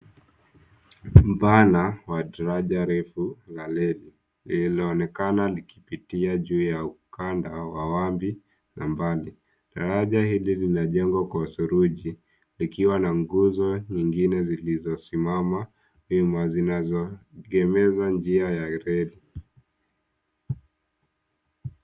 Mbana, wa daraja refu la reli, lililoonekana likipitia juu ya ukanda wa Wambi na mbali. Daraja hili linajengwa kwa usuruji, likiwa na nguzo nyingine, zilizosimama wima, zinazo eneza njia ya reli.